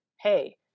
hey